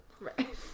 Right